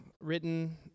written